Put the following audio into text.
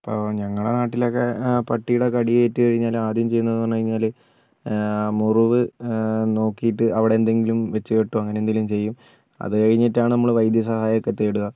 ഇപ്പോൾ ഞങ്ങളുടെ നാട്ടിലൊക്കെ പട്ടീടെ കടിയേറ്റ് കഴിഞ്ഞാൽ ആദ്യം ചെയ്യുന്നതെന്ന് പറഞ്ഞ് കഴിഞ്ഞാൽ മുറിവ് നോക്കീട്ട് അവിടെ എന്തെങ്കിലും വെച്ച് കെട്ടോ അങ്ങനെ എന്തെങ്കിലും ചെയ്യും അത് കഴിഞ്ഞിട്ടാണ് നമ്മൾ വൈദ്യസഹായമൊക്കെ തേടുക